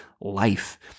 life